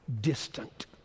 distant